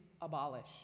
abolish